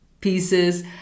pieces